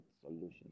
solutions